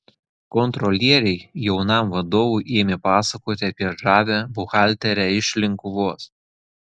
kontrolieriai jaunam vadovui ėmė pasakoti apie žavią buhalterę iš linkuvos